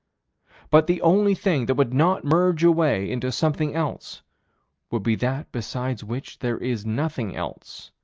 but the only thing that would not merge away into something else would be that besides which there is nothing else.